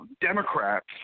Democrats